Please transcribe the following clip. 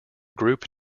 group